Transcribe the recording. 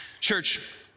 Church